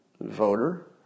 Voter